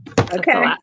Okay